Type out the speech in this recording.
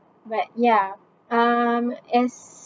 but ya um as